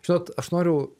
žinot aš noriu